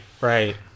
right